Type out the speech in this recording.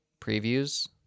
previews